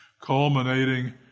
culminating